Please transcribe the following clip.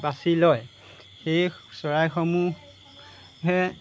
বাচি লয় সেই চৰাইসমূহে